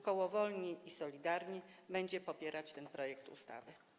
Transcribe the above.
Koło Wolni i Solidarni będzie popierać ten projekt ustawy.